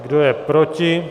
Kdo je proti?